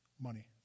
Money